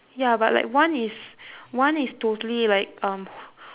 ya but like one is one is totally like um